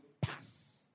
pass